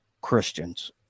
Christians